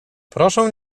proszę